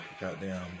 goddamn